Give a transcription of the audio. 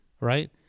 right